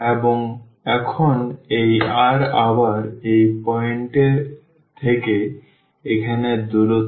এবং এখন এই r আবার এই পয়েন্ট এর থেকে এখানে দূরত্ব